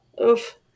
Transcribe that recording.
Oof